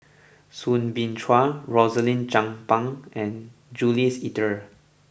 Soo Bin Chua Rosaline Chan Pang and Jules Itier